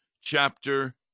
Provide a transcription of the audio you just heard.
chapter